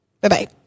Bye-bye